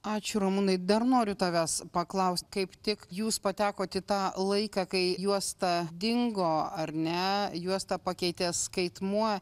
ačiū ramūnai dar noriu tavęs paklaust kaip tik jūs patekot į tą laiką kai juosta dingo ar ne juostą pakeitė skaitmuo